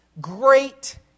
great